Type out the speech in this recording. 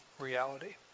reality